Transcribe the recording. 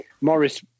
Morris